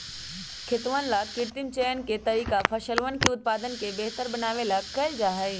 खेतवन ला कृत्रिम चयन के तरीका फसलवन के उत्पादन के बेहतर बनावे ला कइल जाहई